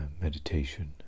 meditation